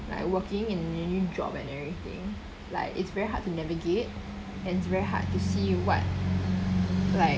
like working in a new job and everything like it's very hard to navigate and it's very hard to see what like